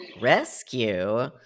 Rescue